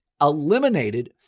eliminated